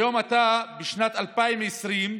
היום, בשנת 2020,